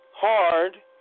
hard